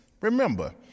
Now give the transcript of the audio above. Remember